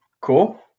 cool